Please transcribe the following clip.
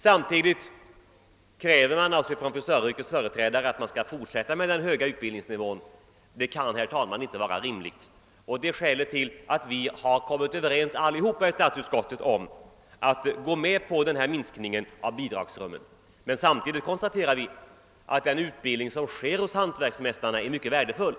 Samtidigt kräver frisöryrkets företrädare att man skall få fortsätta med den höga uibildningsnivån. Det kan inte vara rimligt, herr talman. Detta är skälet till att vi alla i statsutskottet kommit överens om att tillstyrka en minskning av bidragsramen. Samtidigt konstaterar vi att den utbildning som sker hos hantverksmästarna är värdefull.